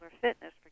fitness